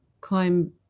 climb